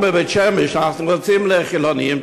אם בבית-שמש אנחנו מציעים לחילונים,